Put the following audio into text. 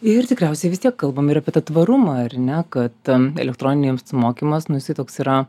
ir tikriausiai vis tiek kalbam ir apie tą tvarumą ar ne kad elektroninius mokymas nu jis toks yra